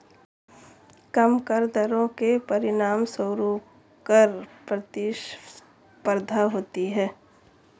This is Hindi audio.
कम कर दरों के परिणामस्वरूप कर प्रतिस्पर्धा होती है